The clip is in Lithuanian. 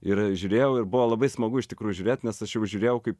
ir žiūrėjau ir buvo labai smagu iš tikrųjų žiūrėt nes aš jau žiūrėjau kaip